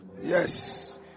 yes